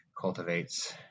cultivates